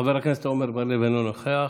חבר הכנסת עמר בר לב, אינו נוכח.